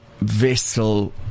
vessel